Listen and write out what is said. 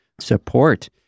support